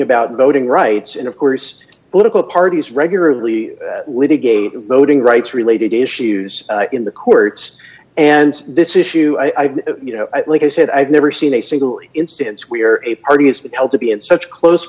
about voting rights and of course political parties regularly litigate voting rights related issues in the courts and this issue i think you know like i said i've never seen a single instance where a party is held to be in such close